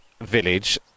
village